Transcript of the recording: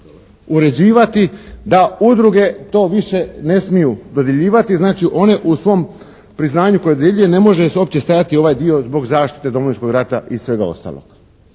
uređivati da udruge to više ne smiju dodjeljivati, znači one u svom priznanju koje dodjeljuje ne može se uopće stajati ovaj zbog zaštite Domovinskog rata i svega ostalog.